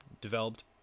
developed